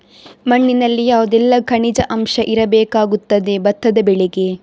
ಮಣ್ಣಿನಲ್ಲಿ ಯಾವುದೆಲ್ಲ ಖನಿಜ ಅಂಶ ಇರಬೇಕಾಗುತ್ತದೆ ಭತ್ತದ ಬೆಳೆಗೆ?